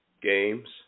Games